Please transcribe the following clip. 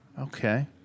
Okay